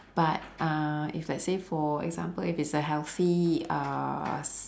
but uh if let's say for example if it's a healthy uh s~